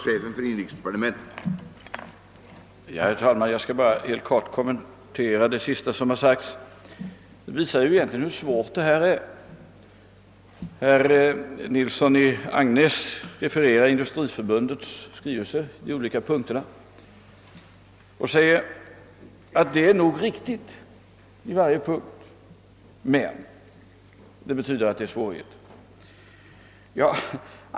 Herr talman! Jag skall endast helt kort kommentera det sista som har sagts här. Det visade vilka svåra frågor det rör sig om. Herr Nilsson i Agnäs refererade de olika punkterna i Industriförbundets skrivelse och sade att det nog var riktigt men ...